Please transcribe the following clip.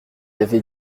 avait